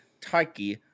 Taiki